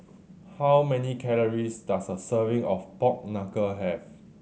how many calories does a serving of pork knuckle have